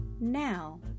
now